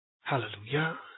Hallelujah